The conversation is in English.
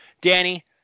Danny